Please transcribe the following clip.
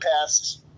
past